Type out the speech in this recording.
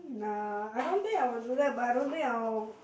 nah I don't think I will do that but I don't think I'll